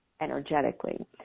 energetically